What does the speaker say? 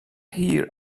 here